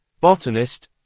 botanist